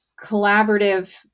collaborative